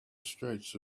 streets